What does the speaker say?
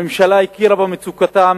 הממשלה הכירה במצוקתם